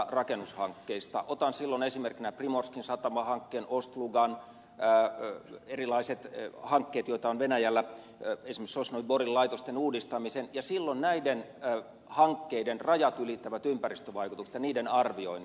otan silloin esimerkiksi primorskin satamahankkeen ost lugan erilaiset hankkeet joita on venäjällä esimerkiksi sosnovyi borin laitosten uudistamisen ja silloin näiden hankkeiden rajat ylittävät ympäristövaikutukset ja niiden arvioinnin